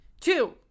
two